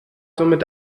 somit